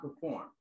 perform